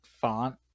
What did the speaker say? font